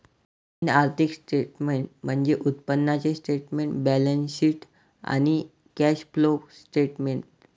तीन आर्थिक स्टेटमेंट्स म्हणजे उत्पन्नाचे स्टेटमेंट, बॅलन्सशीट आणि कॅश फ्लो स्टेटमेंट